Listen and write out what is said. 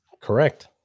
Correct